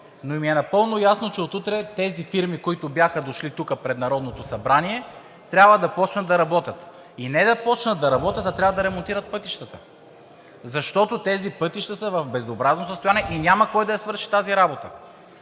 Но ми е напълно ясно, че от утре тези фирми, които бяха дошли тук пред Народното събрание, трябва да започнат да работят и не да започнат да работят, а трябва да ремонтират пътищата. Защото тези пътища са в безобразно състояние и няма кой да я свърши тази работа.